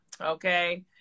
okay